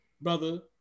brother